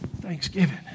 Thanksgiving